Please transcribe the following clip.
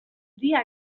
dia